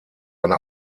eine